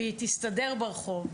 והיא תסתדר ברחוב.